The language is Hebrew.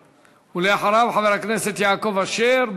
ואחריו, חבר הכנסת יעקב אשר.